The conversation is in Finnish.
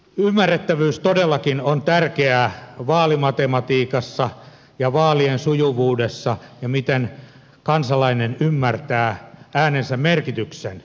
ymmärrettävyys todellakin on tärkeää vaalimatematiikassa ja vaalien sujuvuudessa ja siinä miten kansalainen ymmärtää äänensä merkityksen